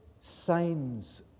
signs